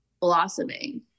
blossoming